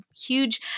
huge